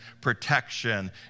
protection